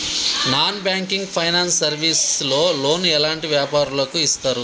Non banking finance service లో loan ఎలాంటి వ్యాపారులకు ఇస్తరు?